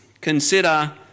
Consider